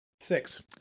Six